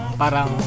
parang